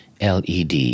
LED